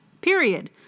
Period